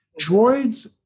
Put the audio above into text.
Droids